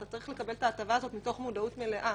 אתה צריך לקבל את ההטבה הזאת מתוך מודעות מלאה,